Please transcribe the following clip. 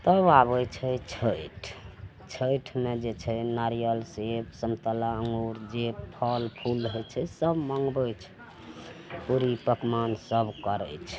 तब आबय छै छैठ छैठमे जे छै नारियल सेब सन्तोला अँगूर जे फल फूल होइ छै सब मङ्गबै छै पूड़ी पकवान सब करय छै